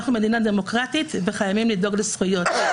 אנחנו מדינה דמוקרטית וחייבים לדאוג לזכויות.